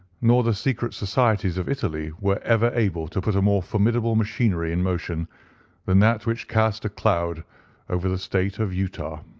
nor the secret societies of italy, were ever able to put a more formidable machinery in motion than that which cast a cloud over the state of utah.